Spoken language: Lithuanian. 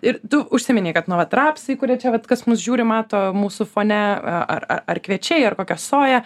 ir tu užsiminei kad nuolat rapsai kurie čia vat kas mus žiūri mato mūsų fone a a ar kviečiai ar kokia soja